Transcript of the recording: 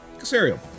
Casario